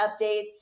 updates